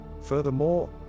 Furthermore